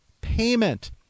payment